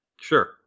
Sure